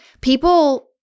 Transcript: people